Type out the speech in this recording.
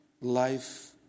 Life